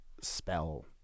spell